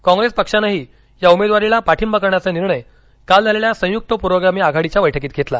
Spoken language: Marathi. काँग्रेस पक्षानंही या उमेदवारीला पाठिबा करण्याचा निर्णय काल झालेल्या संयुक्त पुरोगामी आघाडीच्या बैठकीत घेतला